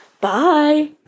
Bye